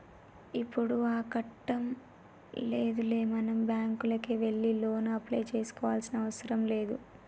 ఇప్పుడు ఆ కట్టం లేదులే మనం బ్యాంకుకే వెళ్లి లోను అప్లై చేసుకోవాల్సిన అవసరం లేదు